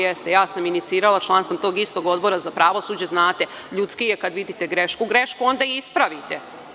Jeste, ja sam inicirala, član sam tog istog Odbora za pravosuđe, znate, ljudski je kada vidite grešku, onda je i ispravite.